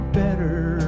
better